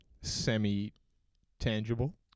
Semi-tangible